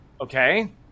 okay